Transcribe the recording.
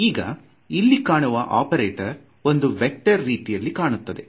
ಈಗ ಇಲ್ಲಿ ಕಾಣುವ ಒಪೆರೇಟಾರ್ ಒಂದು ವೇಕ್ಟರ್ ರೀತಿಯಲ್ಲಿ ಕಾಣುತ್ತದೆ